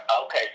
Okay